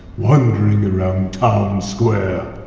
wandering around town square,